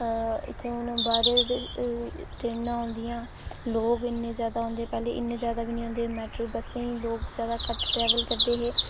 हून इत्थै बाहरै दियां ट्रेनां औंदियां लोक इन्ने जादा औंदे पैह्लें इन्ने जादा बी नेईं औंदे मेटाडोर बस्सें ई लोक कदें टैम्पो ट्रेवल करदे हे